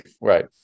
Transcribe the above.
Right